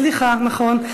סליחה, נכון.